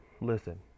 listen